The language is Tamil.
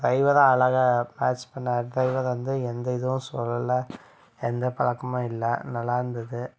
டிரைவரும் அழகாக மேட்ச் பண்ணாரு டிரைவர் வந்து எந்த இதுவும் சொல்லலை எந்த பழக்கமும் இல்லை நல்லாருந்தது